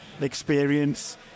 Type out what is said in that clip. experience